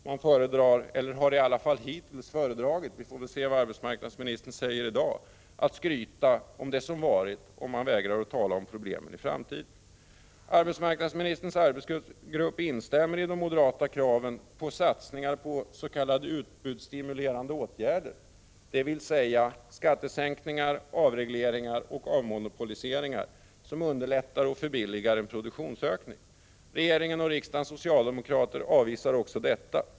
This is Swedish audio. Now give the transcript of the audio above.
Man föredrar — eller har i alla fall hittills föredragit; vi får väl se vad arbetsmarknadsministern säger i dag — att skryta om det som varit och vägrar att tala om problemen i framtiden. Arbetsmarknadsministerns arbetsgrupp instämmer i de moderata kraven på satsningar på s.k. utbudsstimulerande åtgärder, dvs. skattesänkningar, avregleringar och avmonopoliseringar, som underlättar och förbilligar en produktionsökning. Regeringen och riksdagens socialdemokrater avvisar också detta.